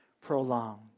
prolonged